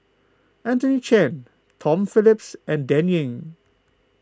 Anthony Chen Tom Phillips and Dan Ying